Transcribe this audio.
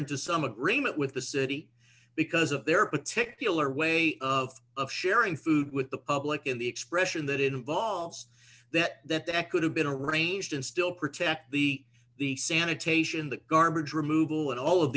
into some agreement with the city because of their particular way of of sharing food with the public in the expression that involves that that the echoed have been arranged and still protect the the sanitation the garbage removal and all of